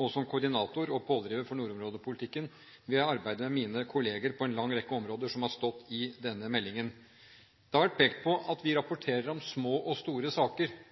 og som koordinator og pådriver for nordområdepolitikken arbeider mine kolleger på en lang rekke områder, slik det har stått i denne meldingen. Det har vært pekt på at vi rapporterer om små og store saker